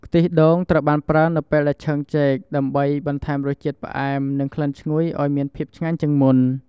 ខ្ទិះដូងត្រូវបានប្រើនៅពេលដែលឆឹងចេក ដើម្បីបន្ថែមរសជាតិផ្អែម និងក្លិនឈ្ងុយឱ្យមានភាពឆ្ងាញ់ជាងមុន។